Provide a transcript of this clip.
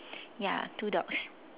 ya two dogs